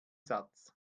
satz